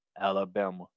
Alabama